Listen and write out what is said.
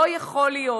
לא יכול להיות,